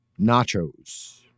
Nachos